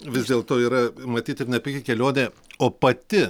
vis dėlto yra matyt ir nepigi kelionė o pati